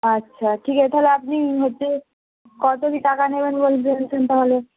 আচ্ছা ঠিক আছে তাহলে আপনি হচ্ছে কতো কী টাকা নেবেন নেবেন বল তাহলে